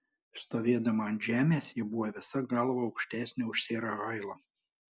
stovėdama ant žemės ji buvo visa galva aukštesnė už serą hailą